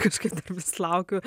kaip sakyt vis laukiu